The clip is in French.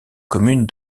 commune